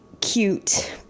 cute